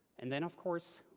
and then, of course,